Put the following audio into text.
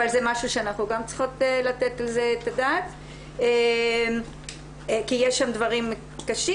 אבל זה משהו שאנחנו גם צריכות לתת על זה את הדעת כי יש שם דברים קשים.